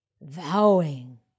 vowing